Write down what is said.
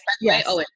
Yes